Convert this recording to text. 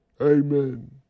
Amen